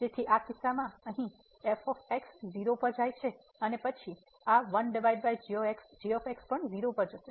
તેથી આ કિસ્સામાં અહીં f 0 પર જાય છે અને પછી આ 1 g પણ 0 પર જશે